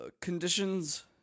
conditions